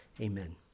Amen